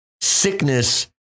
Sickness